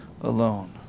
alone